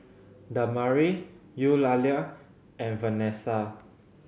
Damari Eulalia and Venessa